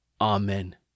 Amen